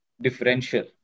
differential